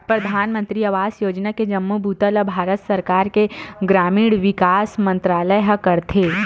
परधानमंतरी आवास योजना के जम्मो बूता ल भारत सरकार के ग्रामीण विकास मंतरालय ह करथे